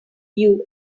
view